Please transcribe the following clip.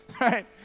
Right